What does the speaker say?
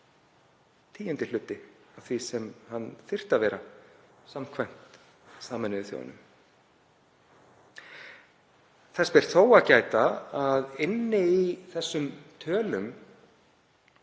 tíundi hluti af því sem hann þyrfti að vera samkvæmt Sameinuðu þjóðunum. Þess ber þó að gæta að inni í þessum tölum